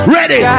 Ready